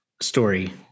story